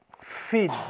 feed